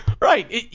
Right